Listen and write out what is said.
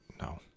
No